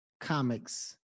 comics